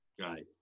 Right